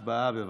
הצבעה, בבקשה.